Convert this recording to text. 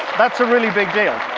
that's a really big deal.